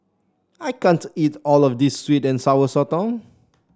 I can't eat all of this sweet and Sour Sotong